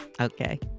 Okay